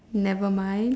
never mind